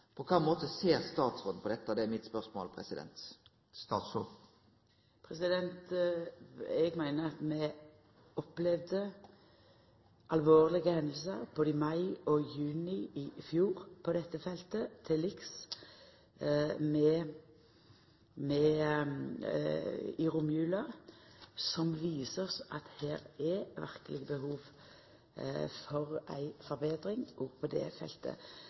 På kva måte ser statsråden på dette? Det er mitt spørsmål. Eg meiner at vi opplevde alvorlege hendingar både i mai og i juni i fjor på dette feltet, til liks med i romjula, som viser oss at det her verkeleg er behov for ei forbetring. Det var med bakgrunn i mai og juni at vi bad Post- og teletilsynet om det